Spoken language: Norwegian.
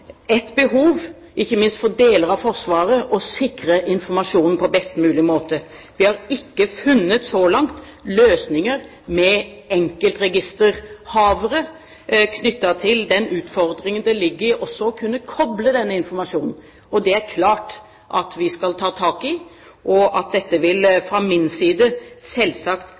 et behov ikke minst for deler av Forsvaret for å sikre informasjonen på best mulig måte. Vi har så langt ikke funnet løsninger med enkeltregisterhavere knyttet til den utfordringen det ligger i også å kunne koble denne informasjonen. Det er det klart vi skal ta tak i, og dette vil fra min side selvsagt